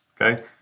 Okay